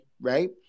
right